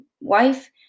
wife